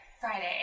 Friday